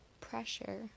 pressure